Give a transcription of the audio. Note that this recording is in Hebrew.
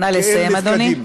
נא לסיים, אדוני.